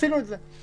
עשינו את זה.